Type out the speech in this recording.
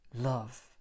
love